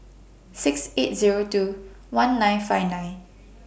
six eight Zero two one nine five nine